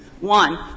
One